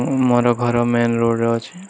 ମୋର ଘର ମେନ୍ ରୋଡ଼୍ରେ ଅଛି